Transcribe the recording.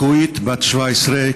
בת 17,